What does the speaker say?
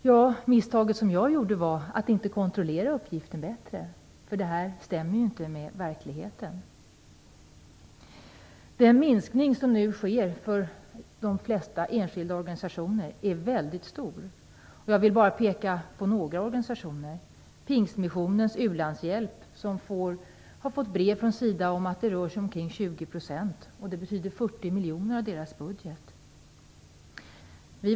Det misstag som jag gjorde var att jag inte kontrollerade uppgiften bättre, för den stämde ju inte med verkligheten. Den minskning som nu sker för de flesta enskilda organisationer är väldigt stor. Jag vill bara peka på några organisationer. Pingstmissionens u-landshjälp har fått brev från SIDA om att minskningen rör sig om ca 20 %, vilket betyder 40 miljoner av den totala budgeten.